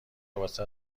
واست